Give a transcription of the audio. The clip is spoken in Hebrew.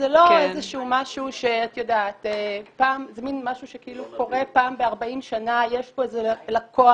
זה לא משהו שכאילו קורה פעם ב-40 שנה עם איזה לקוח,